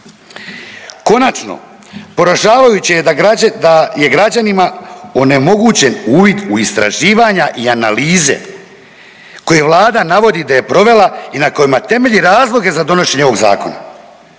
Konačno poražavajuće je da je građanima onemogućen uvid u istraživanja i analize koje Vlada navodi da je provela i na kojima temelji razloge za donošenje ovog zakona.